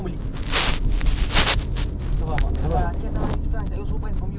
lepas cantik-cantik so at least we can continue with the next one nanti